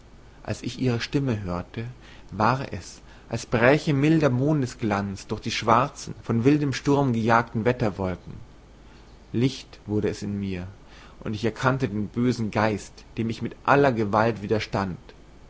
als ich ihre stimme hörte war es als bräche milder mondesglanz durch die schwarzen von wildem sturm gejagten wetterwolken licht wurde es in mir und ich erkannte den bösen geist dem ich mit aller gewalt widerstand